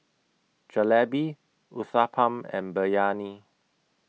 Jalebi Uthapam and Biryani